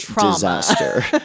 disaster